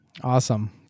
Awesome